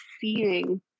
seeing